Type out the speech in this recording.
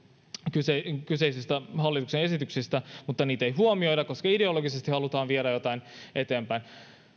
kyseisistä hallituksen esityksistä mutta niitä ei huomioida koska ideologisesti halutaan viedä jotain eteenpäin